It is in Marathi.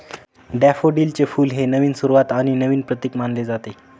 डॅफोडिलचे फुल हे नवीन सुरुवात आणि नवीन प्रतीक मानले जाते